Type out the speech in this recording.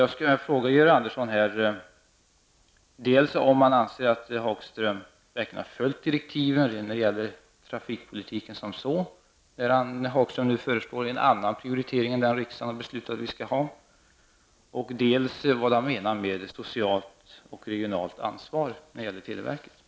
Jag skulle vilja fråga Georg Andersson dels om han anser att Tony Hagström verkligen har följt direktiven när det gäller trafikpolitiken som sådan när han nu föreslår en annan prioritering än den som riksdagen har fattat beslut om, dels vad han menar med ett socialt och regionalpolitiskt ansvar när det gäller televerket.